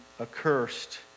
accursed